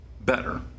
better